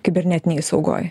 kibernetinėj saugoj